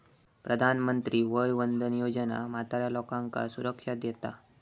प्रधानमंत्री वय वंदना योजना म्हाताऱ्या लोकांका सुरक्षा देता